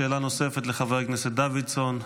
שאלה נוספת לחבר הכנסת דוידסון.